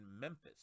Memphis